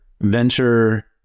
venture